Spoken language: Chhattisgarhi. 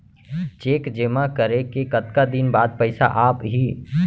चेक जेमा करें के कतका दिन बाद पइसा आप ही?